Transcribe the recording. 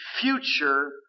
future